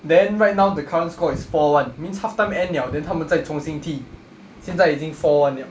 then right now the current score is four one means half-time end liao then 他们再重新踢现在已经 four one liao